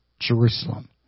Jerusalem